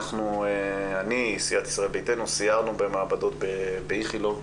אני, סיעת ישראל ביתנו סיירנו במעבדות באיכילוב.